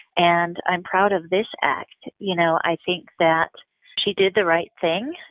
and i'm proud of this act. you know, i think that she did the right thing,